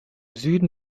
süden